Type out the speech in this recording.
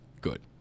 good